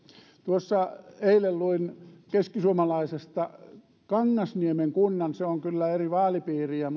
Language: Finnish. tuossa eilen luin keskisuomalaisesta kangasniemen kunnan se on kyllä eri vaalipiiriä